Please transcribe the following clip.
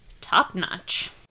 top-notch